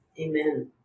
Amen